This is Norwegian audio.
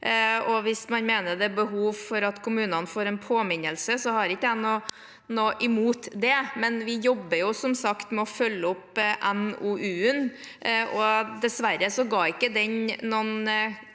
Hvis man mener det er behov for at kommunene får en påminnelse, har ikke jeg noe imot det. Vi jobber som sagt med å følge opp NOU-en. Dessverre ga ikke den noen